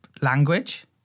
language